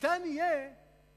ניתן יהיה